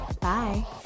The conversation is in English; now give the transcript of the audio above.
Bye